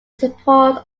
support